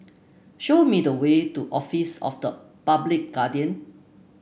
show me the way to Office of the Public Guardian